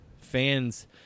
fans –